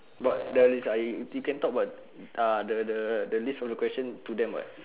but there is I you can talk about ah the the the list of the question to them [what]